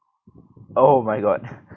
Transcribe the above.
oh my god